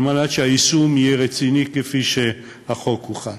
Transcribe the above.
כדי שהיישום יהיה רציני כפי שהחוק הוכן.